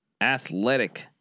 athletic